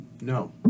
No